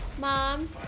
Mom